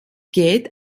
geht